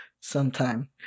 Sometime